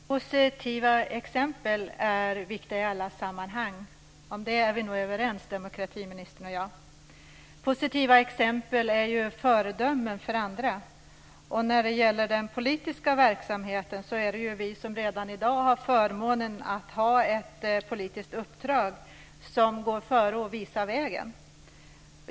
Fru talman! Positiva exempel är viktiga i alla sammanhang. Om det är vi nog överens, demokratiministern och jag. Positiva exempel är ju föredömen för andra, och när det gäller den politiska verksamheten är det vi som redan i dag har förmånen att ha ett politiskt uppdrag som går före och visar vägen.